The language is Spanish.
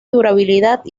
durabilidad